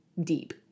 deep